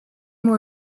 more